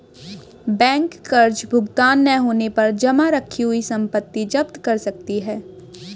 bank कर्ज भुगतान न होने पर जमा रखी हुई संपत्ति जप्त कर सकती है